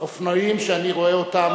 על אופנועים, שאני רואה אותם,